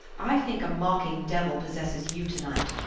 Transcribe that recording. i think a mocking devil possesses you to-night,